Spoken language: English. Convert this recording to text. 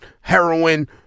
heroin